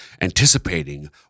anticipating